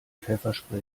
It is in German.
pfefferspray